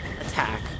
attack